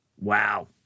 Wow